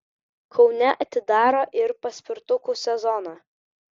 kaune atidaro ir paspirtukų sezoną